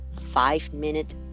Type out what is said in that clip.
five-minute